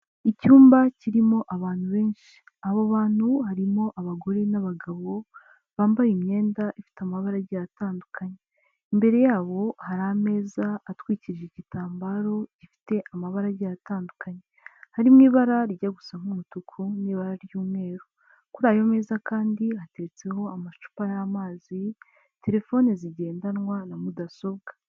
Icyumba kirimo abantu benshi, abo bantu harimo abagore n'abagabo, bambaye imyenda ifite amabara agiye atandukanye, imbere yabo hari ameza atwikirije igitambaro gifite amabara agiye atandukanye, harimo ibara rijya gusa nk'umutuku n'ibara ry'umweru, kuri ayo meza kandi hateretseho amacupa y'amazi, terefoni zigendanwa na mudasobwa.